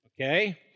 okay